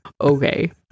okay